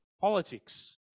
politics